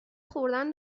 خوردن